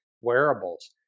wearables